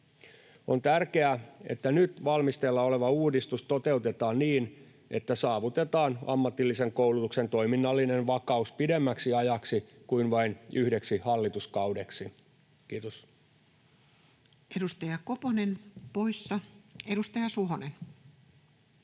On tärkeää, että nyt valmisteilla oleva uudistus toteutetaan niin, että saavutetaan ammatillisen koulutuksen toiminnallinen vakaus pidemmäksi ajaksi kuin vain yhdeksi hallituskaudeksi. — Kiitos. [Speech 174] Speaker: Toinen